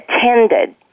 attended